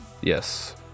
Yes